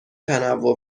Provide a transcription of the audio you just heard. تنوع